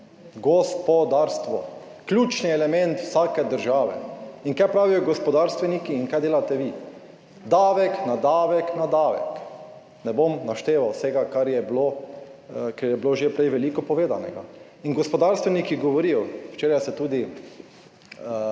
Gospodarstvo – ključni element vsake države. In kaj pravijo gospodarstveniki? In kaj delate vi? Davek na davek na davek, ne bom našteval vsega, kar je bilo, ker je bilo že prej veliko povedanega. In gospodarstveniki govorijo, včeraj se je tudi